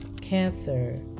Cancer